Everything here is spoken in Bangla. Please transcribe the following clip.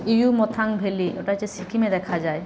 ইউমথাং ভ্যালি ওটা হচ্ছে সিকিমে দেখা যায়